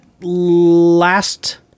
last